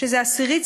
שזה עשירית,